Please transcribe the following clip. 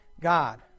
God